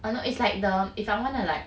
I know it's like the if I want to like